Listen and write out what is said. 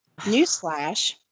newsflash